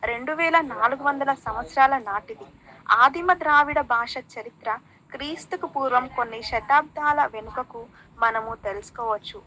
రెండు వేల నాలుగు వందల సంవత్సరాల నాటిది ఆదిమ ద్రావిడ భాష చరిత్ర క్రీస్తుకు పూర్వం కొన్ని శతాబ్దాల వెనుకకు మనము తెలుసుకోవచ్చు